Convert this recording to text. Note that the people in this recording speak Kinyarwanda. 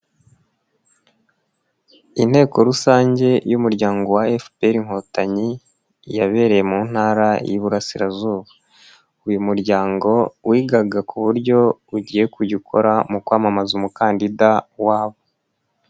Inteko rusange y'Umuryango wa FPR Inkotanyi yabereye mu ntara y'Iburasirazuba, uyu muryango wigaga ku buryo ugiye kujya ukora mu kwamamaza umukandida wabo.